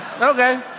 Okay